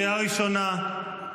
קריאה ראשונה.